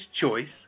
choice